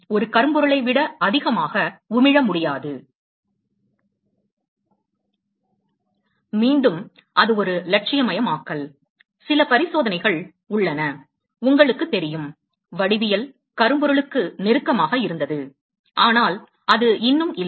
ஒரு கரும்பொருளை விட அதிகமாக உமிழ முடியாது மீண்டும் அது ஒரு இலட்சியமயமாக்கல் சில பரிசோதனைகள் உள்ளன உங்களுக்குத் தெரியும் வடிவியல் கரும்பொருளுக்கு நெருக்கமாக இருந்தது ஆனால் அது இன்னும் இல்லை